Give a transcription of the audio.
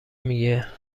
میگه